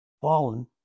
fallen